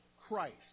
Christ